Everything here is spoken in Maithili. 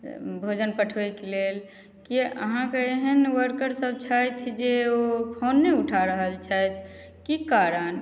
भोजन पठबैके लेल किए अहाँके एहन वर्करसभ छथि जे ओ फोन नहि उठा रहल छथि की कारण